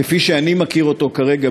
כפי שאני מכיר אותו כרגע,